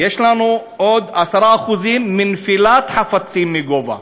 יש לנו עוד 10% מנפילת חפצים מגובה,